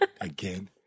Again